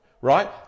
Right